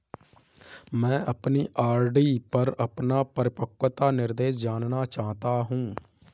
मैं अपनी आर.डी पर अपना परिपक्वता निर्देश जानना चाहता हूँ